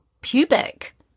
pubic